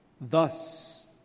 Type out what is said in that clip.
Thus